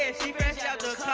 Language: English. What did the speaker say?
ah she fresh out